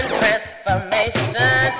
transformation